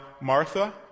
Martha